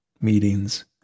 Meetings